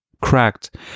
cracked